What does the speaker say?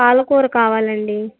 పాలకూర కావాలండి